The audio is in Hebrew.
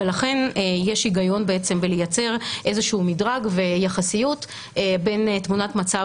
לכן יש היגיון בעצם בלייצר איזשהו מדרג ויחסיות בין תמונת מצב